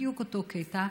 בדיוק אותו קטע,